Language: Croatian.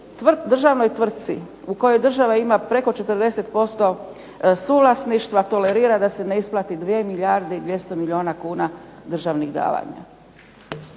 državnoj tvrtci u kojoj država ima preko 40% suvlasništva tolerira da se ne isplati 2 milijarde i 200 milijuna kuna državnih davanja.